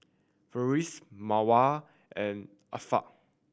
Farish Mawar and Afiq